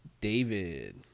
David